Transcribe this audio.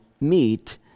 meet